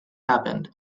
happened